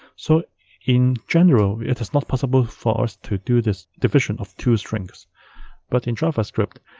so in general it is not possible for us to do this division of two strings but in javascript,